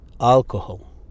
alcohol